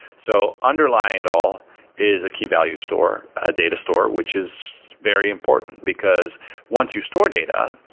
so underlying it all is a key value store, a data store, which is very important, because once you store data,